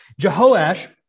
Jehoash